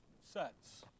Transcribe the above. sets